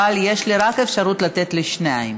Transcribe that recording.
אבל יש לי אפשרות לתת רק לשניים.